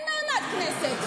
אין מעמד לכנסת.